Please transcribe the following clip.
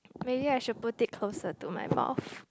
maybe I should put it closer to my mouth